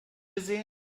gesehen